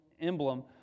emblem